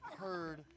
heard